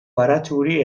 baratxuri